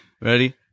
Ready